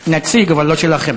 נציג, אבל לא שלכם.